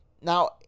Now